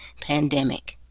pandemic